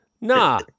nah